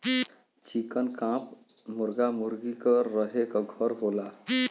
चिकन coop मुरगा मुरगी क रहे क घर होला